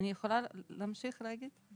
אני יכולה להמשיך לדבר?